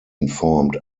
informed